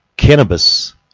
Cannabis